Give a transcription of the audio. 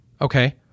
okay